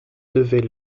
devait